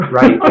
Right